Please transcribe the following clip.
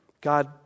God